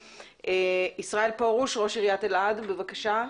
ישראל פורוש, ראש עיריית אלעד, בבקשה.